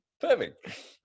Perfect